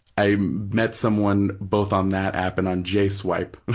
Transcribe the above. i met someone both on that app and on jswipe,